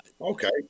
Okay